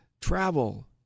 travel